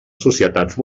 societats